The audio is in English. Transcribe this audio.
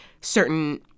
certain